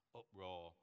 uproar